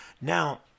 Now